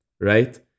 right